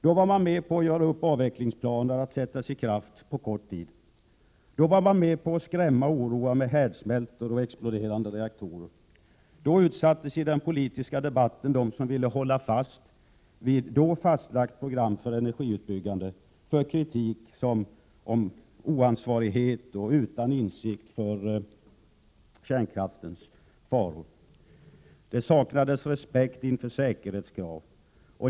Då var man med på att göra upp avvecklingsplaner att sättas i kraft på kort tid, då var man med på att skrämma och oroa med härdsmältor och exploderande reaktorer, då utsattes i den politiska debatten de som ville hålla fast vid fastlagt program för energiutbyggnaden för kritik som.innebar att de skulle vara oansvariga och utan insikt om kärnkraftens faror, att de saknade respekt inför säkerhetskrav.